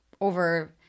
over